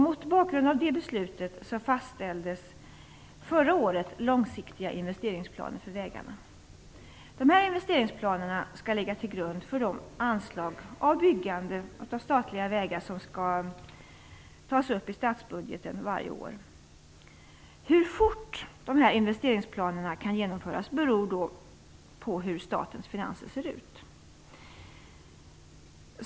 Mot bakgrund av det beslutet fastställdes förra året långsiktiga investeringsplaner för vägarna. Dessa investeringsplaner skall ligga till grund för de anslag till byggande av statliga vägar som skall tas upp i statsbudgeten varje år. Hur fort dessa investeringsplaner kan genomföras beror på hur statens finanser ser ut.